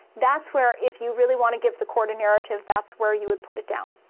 that's where if you really want to give the court a narrative, that's where you would put it down.